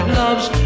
loves